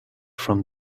from